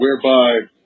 whereby